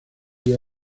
día